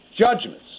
judgments